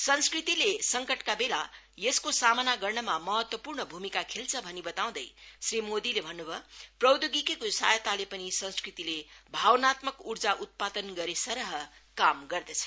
संस्कृतिले संकटका बेला यसको सामना गर्नुमा महत्वपूर्ण भूमिका खेल्छभनी बताउँदै श्री मोदीले भन्नु भयो प्रौधोगिकीको सहायताले पनि संस्कृतिले भावनात्मक उर्जा उत्पादन सरह काम गर्दछ